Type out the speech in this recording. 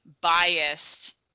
biased